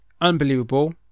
unbelievable